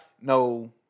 no